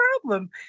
problem